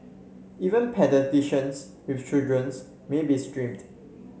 even paediatricians with children's may be stymied